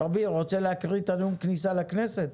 אביר, רוצה להקריא את נאום הכניסה שלך לכנסת?